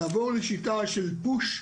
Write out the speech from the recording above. לעבור לשיטה של פוש,